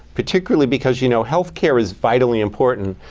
particularly because you know health care is vitally important,